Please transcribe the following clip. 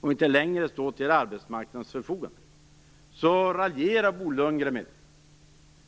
och inte längre stå till arbetsmarknadens förfogande raljerar Bo Lundgren över det.